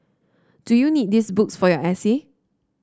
do you need these books for your essay